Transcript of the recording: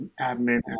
admin